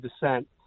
descent